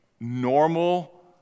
normal